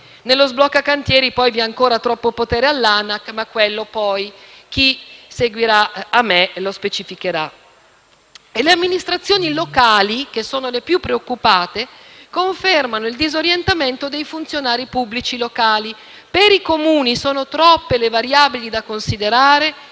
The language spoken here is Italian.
Nello sblocca cantieri vi è ancora troppo potere all'ANAC, ma chi seguirà lo specificherà. Le amministrazioni locali, che sono le più preoccupate, confermano il disorientamento dei funzionari pubblici locali: per i Comuni sono troppe le variabili da considerare,